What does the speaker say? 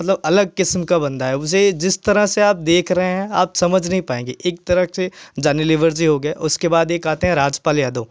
मतलब अलग किस्म का बंदा है उसे जिस तरह से आप देख रहे हैं आप समझ नहीं पाएँगे एक तरह से जॉनी लिवर जी हो गए उसके बाद एक आता है राजपाल यादव